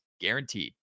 guaranteed